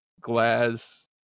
glass